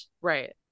Right